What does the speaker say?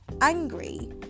angry